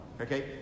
okay